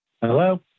Hello